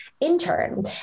intern